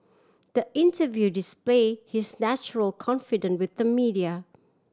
the interview display his natural confidence with the media